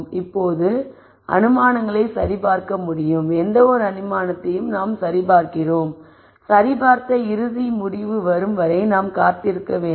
இப்போது அனுமானங்களை சரிபார்க்க முடியும் எந்தவொரு அனுமானத்தையும் நாம் சரிபார்க்கிறோம் சரிபார்த்த இறுதி முடிவு வரும் வரை நாம் காத்திருக்க வேண்டும்